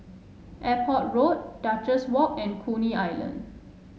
Airport Road Duchess Walk and Coney Island